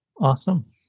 Awesome